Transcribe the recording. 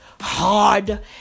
Hard